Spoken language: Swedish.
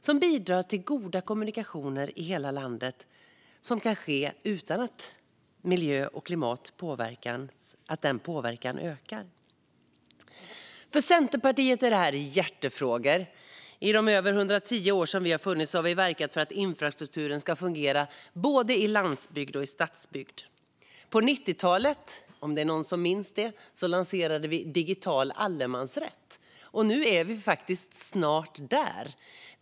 Det bidrar till goda kommunikationer i hela landet som kan ske utan att miljö och klimatpåverkan ökar. För Centerpartiet är det här hjärtefrågor. Under de över 110 år vi har funnits har vi verkat för att infrastrukturen ska fungera i både landsbygd och stadsbygd. På 90-talet - kanske någon minns det - lanserade vi digital allemansrätt. Nu är vi faktiskt snart där.